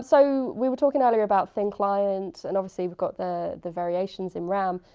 so we were talking earlier about thin clients and obviously we've got the the variations in ram.